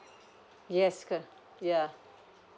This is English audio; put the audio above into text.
yes cor~ yeah